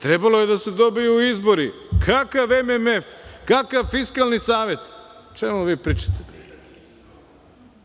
Trebalo je da se dobiju izbori, kakav MMF, kakav Fiskalni savet, o čemu vi pričate bre?